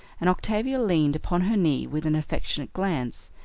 and octavia leaned upon her knee with an affectionate glance,